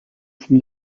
from